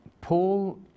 Paul